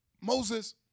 Moses